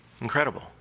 Incredible